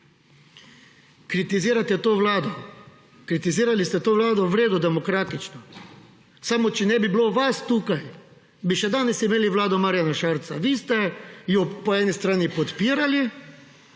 Kritizirate to vlado. Kritizirali ste to vlado – v redu, demokratično. Samo, če ne bi bilo vas tukaj, bi še danes imeli vlado Marjana Šarca. Vi ste jo po eni strani podpirali,